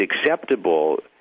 acceptable